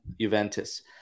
Juventus